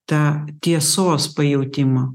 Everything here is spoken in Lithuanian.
tą tiesos pajautimą